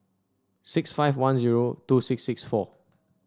six five one zero two six six four